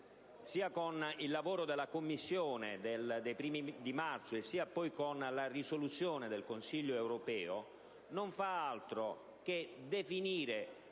(sia con il lavoro della Commissione dei primi di marzo, sia con la risoluzione del Consiglio europeo), non fa altro che definire,